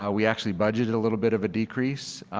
ah we actually budgeted a little bit of a decrease,